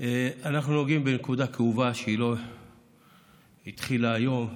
אנחנו נוגעים בנקודה כאובה שלא התחילה היום,